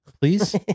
Please